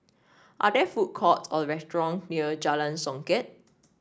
are there food courts or restaurant near Jalan Songket